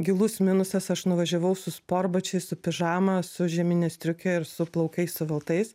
gilus minusas aš nuvažiavau su sportbačiais su pižama su žiemine striuke ir su plaukais suveltais